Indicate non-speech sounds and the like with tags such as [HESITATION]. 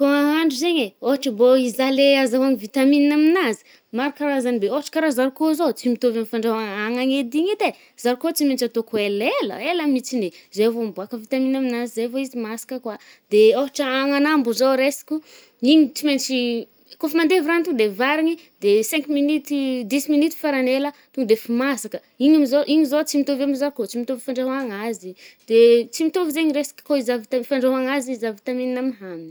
Kô ahandro zaigny eh, ôhatra bô izah le azaôgno vitamine aminazy, maro karazany be. Ôhatra karaha zankô zao tsy mitôvy amy fandraôgna anana edy igny edy e, zarikô tsy maitsy atôko elela, ela mitsiny e, zay vô mibôaka vitamine aminazy zay vôa izy masaka koà. De le ôhatra ananambo zao raisiko, igny tsy maitsy [HESITATION] kôfa mandevy rano to de varigny de cinq minutes [HESITATION] dix minutes faran’ny ela to defo masaka. Igny amzao-igny zao tsy mitôvy amy zarikô-tsy mitôvy fandrahoagna azy. De tsy mitôvy zaigny resaka kô izy avy te-fandraogna anazy izy avy tenegnina amy hanigny.